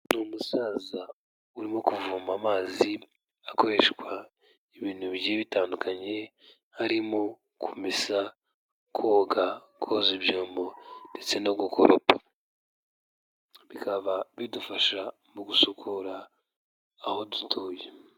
Ni umusaza urimo kuvoma amazi, akoreshwa ibintu bigiye bitandukanye harimo: kumesa, koga, koza ibyombo ndetse no gukoropa, bikaba bidufasha mu gusukura aho dutuye.